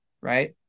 right